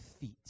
feet